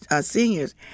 seniors